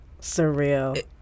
surreal